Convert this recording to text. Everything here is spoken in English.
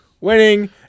winning